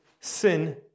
sin